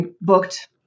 booked